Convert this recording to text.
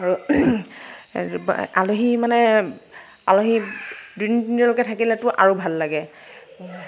আৰু আলহী মানে আলহী দুদিন তিনিদিনলৈকে থাকিলেটো আৰু ভাল লাগে